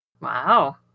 Wow